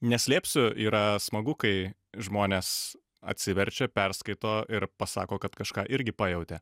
neslėpsiu yra smagu kai žmonės atsiverčia perskaito ir pasako kad kažką irgi pajautė